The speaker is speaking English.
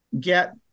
get